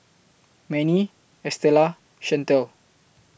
Mannie Estela Shantel